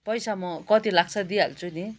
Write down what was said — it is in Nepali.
पैसा म कति लाग्छ दिइहाल्छु नि